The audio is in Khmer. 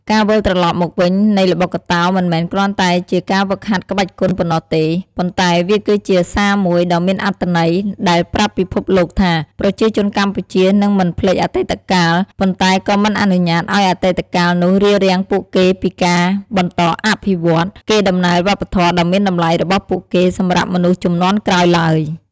ការវិលត្រឡប់មកវិញនៃល្បុក្កតោមិនមែនគ្រាន់តែជាការហ្វឹកហាត់ក្បាច់គុនប៉ុណ្ណោះទេ ប៉ុន្តែវាគឺជាសារមួយដ៏មានអត្ថន័យ ដែលប្រាប់ពិភពលោកថា ប្រជាជនកម្ពុជានឹងមិនភ្លេចអតីតកាល ប៉ុន្តែក៏មិនអនុញ្ញាតឱ្យអតីតកាលនោះរារាំងពួកគេពីការ បន្តអភិវឌ្ឍ កេរដំណែលវប្បធម៌ដ៏មានតម្លៃរបស់ពួកគេសម្រាប់មនុស្សជំនាន់ក្រោយឡើយ។